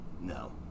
no